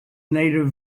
native